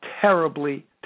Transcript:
terribly